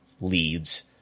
leads